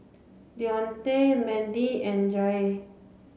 Dionte Mendy and Jair